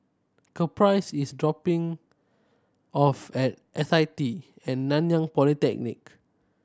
Caprice is dropping off at S I T At Nanyang Polytechnic